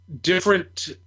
different